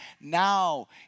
now